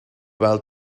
while